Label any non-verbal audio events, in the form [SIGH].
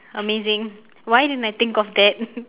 amazing why didn't I think of that [LAUGHS]